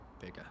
bigger